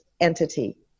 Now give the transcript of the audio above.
entity